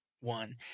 one